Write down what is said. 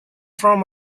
from